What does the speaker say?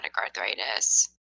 arthritis